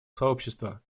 сообщества